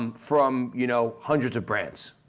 um from you know hundreds of brands.